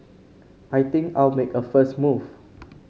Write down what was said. I think I'll make a first move